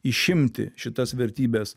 išimti šitas vertybes